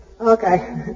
Okay